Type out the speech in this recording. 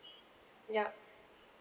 yup